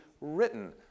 written